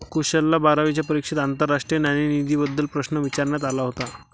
कुशलला बारावीच्या परीक्षेत आंतरराष्ट्रीय नाणेनिधीबद्दल प्रश्न विचारण्यात आला होता